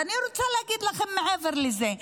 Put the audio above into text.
ואני רוצה להגיד לכם מעבר לזה,